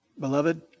Beloved